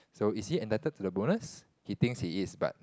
so is he entitled to the bonus he thinks he is but